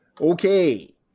Okay